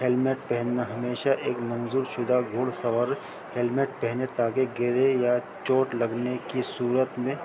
helmet پہننا ہمیشہ ایک منظور شدہ گھوڑ سور ہیللمٹ پہنے تاکہ گرے یا چوٹ لگنے کی صورت میں